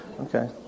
Okay